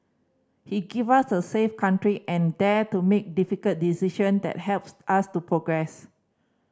he give us a safe country and dared to make difficult decision that helps us to progress